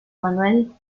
manuel